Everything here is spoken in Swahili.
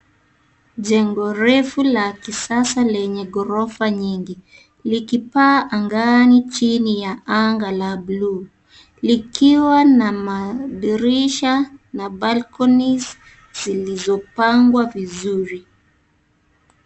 Jengo refu la kisasa lenye ghorofa nyingi likipaa angani chini ya anga la blue likiwa na madirisha na balconies zilizopangwa vizuri.